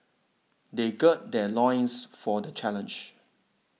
they gird their loins for the challenge